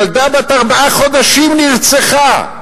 ילדה בת ארבעה חודשים נרצחה.